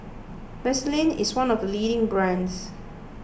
Vaselin is one of the leading brands